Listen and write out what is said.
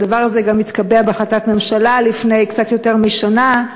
הדבר הזה גם התקבע בהחלטת ממשלה לפני קצת יותר משנה,